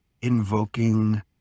invoking